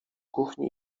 kuchni